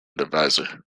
divisor